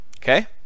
Okay